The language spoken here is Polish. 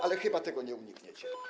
Ale chyba tego nie unikniecie.